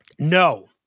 No